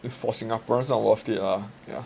for Singaporeans worth it ah yeah